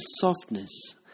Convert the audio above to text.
softness